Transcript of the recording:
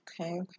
okay